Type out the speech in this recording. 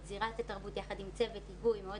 זירת התרבות יחד עם צוות היגוי מאוד